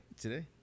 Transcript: Today